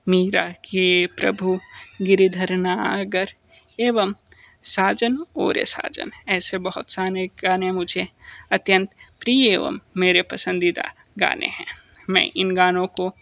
मीरा के प्रभु गिरिधर नागर एवं साजन ओ रे साजन ऐसे बहुत साने गाने मुझे अत्यंत प्रिय एवं मेरे पसंदीदा गाने हैं मैं इन गानों को